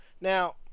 Now